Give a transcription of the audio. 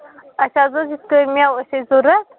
اَسہِ حظ اوس یِتھٕ کٔنۍ مٮ۪وٕ ٲسۍ اَسہِ ضروٗرت